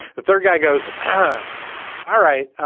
the third guy goes. ah all right,